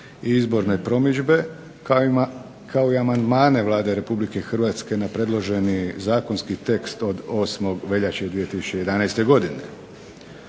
i izborne promidžbe, kao i amandmane Vlade Republike Hrvatske na predloženi zakonski tekst od 8. veljače 2011. godine.